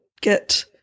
get